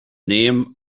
name